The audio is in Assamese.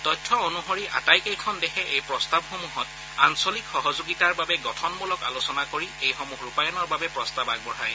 তথ্য অনুসৰি আটাইকেইখন দেশে এই প্ৰস্তাৱসমূহত আঞ্চলিক সহযোগিতাৰ বাবে গঠনমূলক আলোচনা কৰি এই সমূহ ৰূপায়ণৰ বাবে প্ৰস্তাৱ আগবঢ়ায়